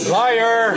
liar